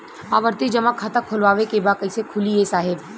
आवर्ती जमा खाता खोलवावे के बा कईसे खुली ए साहब?